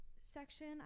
section